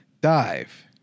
Dive